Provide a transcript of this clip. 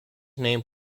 named